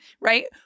right